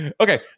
Okay